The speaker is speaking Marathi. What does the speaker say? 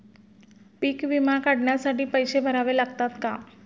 पीक विमा काढण्यासाठी पैसे भरावे लागतात का?